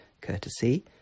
courtesy